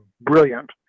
brilliant